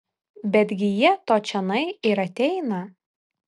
betgi jie to čionai ir ateina